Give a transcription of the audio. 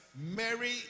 Mary